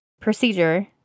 Procedure